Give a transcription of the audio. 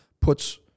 puts